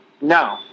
No